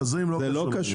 תזרים לא קשור.